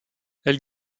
elle